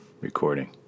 Recording